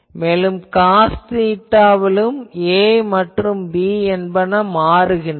மேலும் காஸ் தீட்டாவிலும் a மற்றும் b என்பன மாறுகின்றன